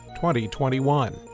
2021